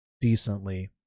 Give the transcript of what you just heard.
decently